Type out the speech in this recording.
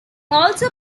also